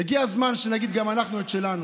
הגיע הזמן שנגיד גם אנחנו את שלנו.